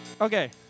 Okay